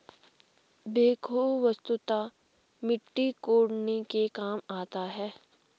backhoe वस्तुतः मिट्टी कोड़ने के काम आता है